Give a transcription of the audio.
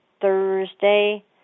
Thursday